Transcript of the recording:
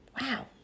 Wow